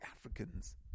Africans